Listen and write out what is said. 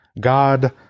God